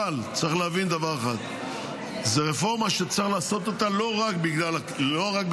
אבל צריך להבין שזו רפורמה שצריך לעשות אותה לא רק בגלל שהמחיר